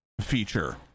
feature